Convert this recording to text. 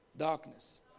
darkness